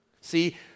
See